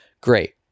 Great